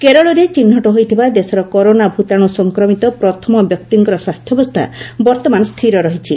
କେରଳରେ ଚିହ୍ରଟ ହୋଇଥିବା ଦେଶର କରୋନା ଭୂତାଣ୍ର ସଂକ୍ରମିତ ପ୍ରଥମ ବ୍ୟକ୍ତିଙ୍କ ସ୍ୱାସ୍ଥ୍ୟାବସ୍ଥା ବର୍ତ୍ତମାନ ସ୍ଥିର ରହିଛି